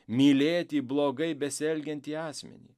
mylėti blogai besielgiantį asmenį